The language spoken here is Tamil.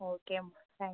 ஓகேம்மா தேங்க்ஸ்